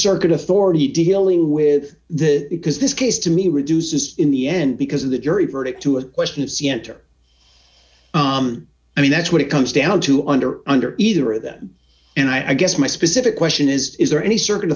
circuit authority dealing with the because this case to me reduces in the end because of the jury verdict to a question of c n n or i mean that's what it comes down to under under either of them and i guess my specific question is is there any c